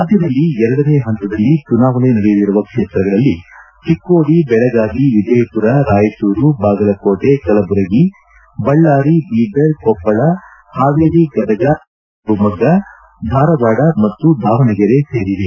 ರಾಜ್ಞದಲ್ಲಿ ಎರಡನೇ ಹಂತದಲ್ಲಿ ಚುನಾವಣೆ ನಡೆಯಲಿರುವ ಕ್ಷೇತ್ರಗಳಲ್ಲಿ ಚಿಕ್ಕೋಡಿ ಬೆಳಗಾವಿ ವಿಜಯಪುರ ರಾಯಚೂರು ಬಾಗಲಕೋಟೆ ಕಲಬುರಗಿ ಬಳ್ದಾರಿ ಬೀದರ್ ಕೊಪ್ಪಳ ಹಾವೇರಿ ಗದಗ ಉತ್ತರ ಕನ್ನಡ ಶಿವಮೊಗ್ಗ ಧಾರವಾಡ ಮತ್ತು ದಾವಣಗೆರೆ ಸೇರಿವೆ